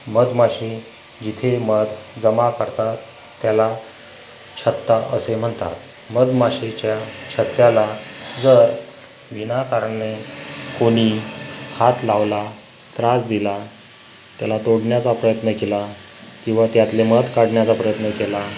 मधमाशी जिथे मध जमा करतात त्याला छत्ता असे म्हणतात मधमाशीच्या छत्त्याला जर विनाकारण कोणी हात लावला त्रास दिला त्याला तोडण्याचा प्रयत्न केला किंवा त्यातले मध काढण्याचा प्रयत्न केला